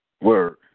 Word